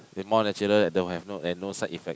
if more natural don't have and no side effect